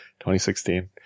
2016